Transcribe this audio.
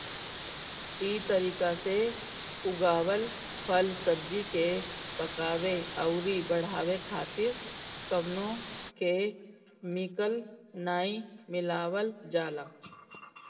इ तरीका से उगावल फल, सब्जी के पकावे अउरी बढ़ावे खातिर कवनो केमिकल नाइ मिलावल जाला